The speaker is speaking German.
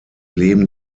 leben